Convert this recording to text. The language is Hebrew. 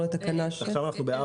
עכשיו אנחנו ב-4.